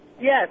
Yes